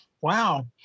Wow